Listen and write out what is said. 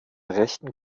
rechten